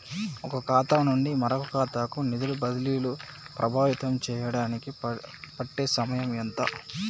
ఒక ఖాతా నుండి మరొక ఖాతా కు నిధులు బదిలీలు ప్రభావితం చేయటానికి పట్టే సమయం ఎంత?